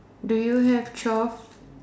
do you have twelve